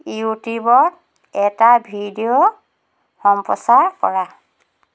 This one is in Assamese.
ইউ টিউবত এটা ভিডিঅ' সম্প্ৰচাৰ কৰা